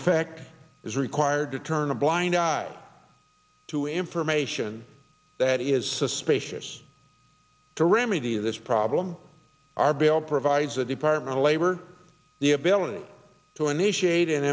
effect is required to turn a blind eye to information that is suspicious to remedy this problem our bill provides the department of labor the ability to initiate an